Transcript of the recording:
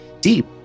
deep